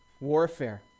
Warfare